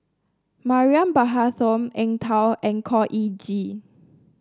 Mariam Baharom Eng Tow and Khor Ean Ghee